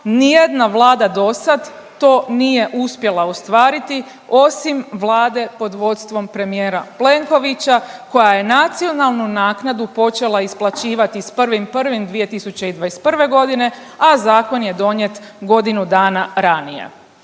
nijedna vlada dosad to nije uspjela ostvariti osim vlade pod vodstvom premijera Plenkovića koja je nacionalnu naknadu počela isplaćivati s 1.1.2021. g., a zakon je donijet godinu dana ranije.